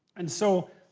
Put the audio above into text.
and so.